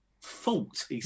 fault